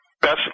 best